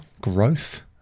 growth